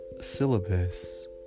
syllabus